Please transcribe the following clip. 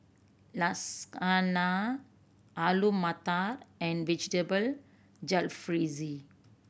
Lasagna Alu Matar and Vegetable Jalfrezi